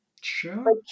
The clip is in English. sure